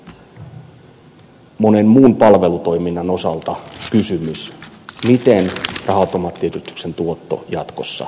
mutta minulle tämä on monen muun palvelutoiminnan osalta kysymys siitä miten raha automaattiyhdistyksen tuotto jatkossa kohdennetaan